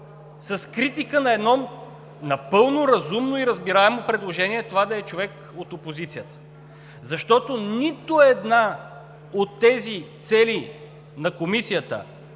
с критика на едно напълно разумно и разбираемо предложение това да е човек от опозицията. Защото нито една от тези цели на Комисията